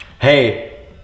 Hey